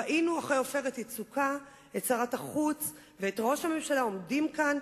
ראינו אחרי "עופרת יצוקה" את שרת החוץ ואת ראש הממשלה עומדים כאן,